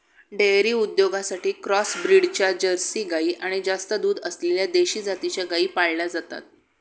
dairy उद्योगासाठी cross ब्रीडच्या Jersey गाई आणि जास्त दूध असलेल्या देशी जातीच्या गायी पाळल्या जातात